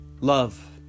love